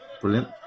brilliant